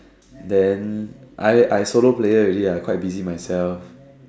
then I I solo player already ah I quite busy myself